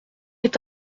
est